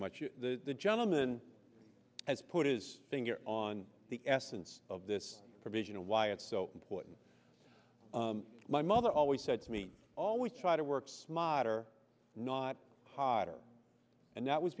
much the gentleman has put his finger on the essence of this provision and why it's so important my mother always said to me always try to work smarter not harder and that was